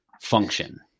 function